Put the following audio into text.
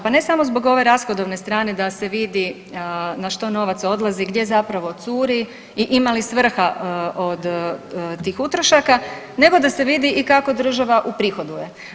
Pa ne samo zbog ove rashodovne strane da se vidi na što novac odlazi, gdje zapravo curi i imali li svrha od tih utrošaka, nego da se vidi i kako država uprihoduje.